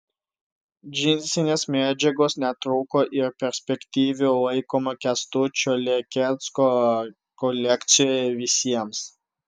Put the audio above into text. džinsinės medžiagos netrūko ir perspektyviu laikomo kęstučio lekecko kolekcijoje visiems